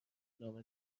نامه